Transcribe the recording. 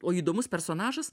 o įdomus personažas